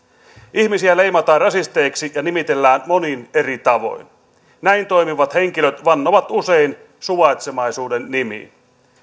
ihmisiä leimataan rasisteiksi ja nimitellään monin eri tavoin näin toimivat henkilöt vannovat usein suvaitsevaisuuden nimiin